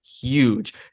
huge